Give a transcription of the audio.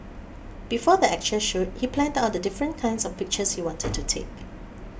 before the actual shoot he planned out the different kinds of pictures he wanted to take